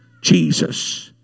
Jesus